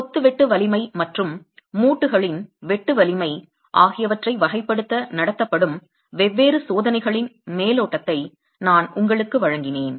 எனவே கொத்து வெட்டு வலிமை மற்றும் மூட்டுகளின் வெட்டு வலிமை ஆகியவற்றை வகைப்படுத்த நடத்தப்படும் வெவ்வேறு சோதனைகளின் மேலோட்டத்தை நான் உங்களுக்கு வழங்கினேன்